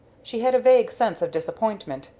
she had a vague sense of disappointment,